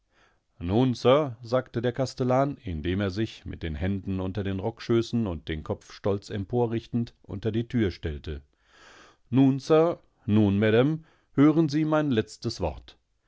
nun sir sagte der kastellan indem er sich mit den händen unter den rockschößen und den kopf stolz emporrichtend unter die tür stellte nun sir nun madame hören sie mein letztes wort